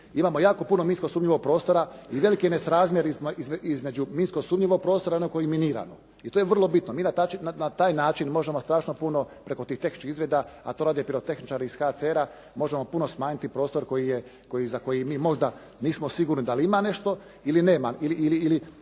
imamo jako puno minsko sumnjivog prostora i veliki je nesrazmjer između minsko sumnjivog prostora i onog koji je minirano. I to je vrlo bitno. Mi na taj način možemo strašno puno preko tih tehničkih izvida, a to rade pirotehničari ih HCR-a možemo puno smanjiti prostor koji je, za koji mi možda nismo sigurni da li ima nešto ili nema